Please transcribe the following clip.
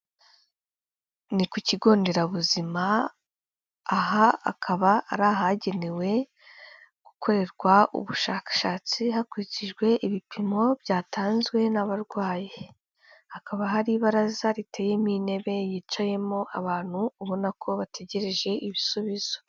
Ni ku kigo nderabuzima, aha hakaba ari ahagenewe gukorerwa ubushakashatsi hakurikijwe ibipimo byatanzwe n'abarwayi, hakaba hari ibaraza riteyemo intebe yicayemo abantu ubona ko bategereje ibisubizo.